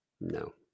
No